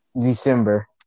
December